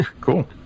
cool